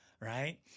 right